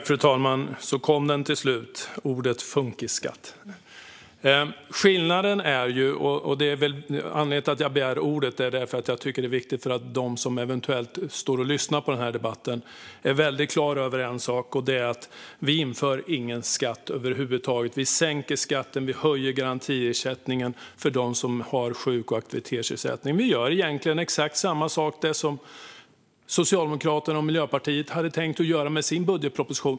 Fru talman! Så kom det till slut - ordet "funkisskatt". Anledningen till att jag begärde ordet är att jag tycker att det är viktigt att de som eventuellt står och lyssnar på den här debatten är klara över en sak: Vi inför ingen skatt över huvud taget. Vi sänker skatten. Vi höjer garantiersättningen för dem som har sjuk och aktivitetsersättning. Vi gör egentligen exakt samma sak som Socialdemokraterna och Miljöpartiet hade tänkt göra med sin budgetproposition.